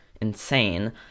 insane